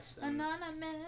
Anonymous